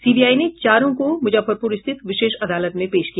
CBI ने चारों को मुजफ्फरपुर स्थित विशेष अदालत में पेश किया